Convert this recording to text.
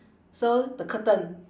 so the curtain